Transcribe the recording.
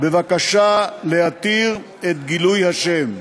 בבקשה להתיר את גילוי השם.